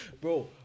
Bro